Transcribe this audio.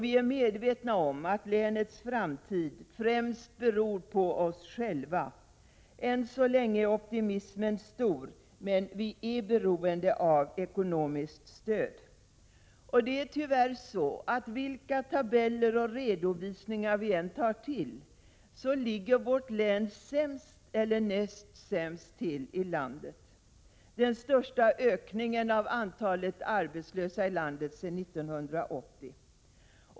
Vi är medvetna om att länets framtid främst beror på oss själva. Än så länge är optimismen stor, men vi är beroende av ekonomiskt stöd. Vilka tabeller och redovisningar vi än väljer finner vi att vårt län tyvärr ligger sämst eller näst sämst till i landet. Länet har haft den största ökningen av antalet arbetslösa i landet sedan 1980.